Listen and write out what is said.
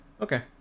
Okay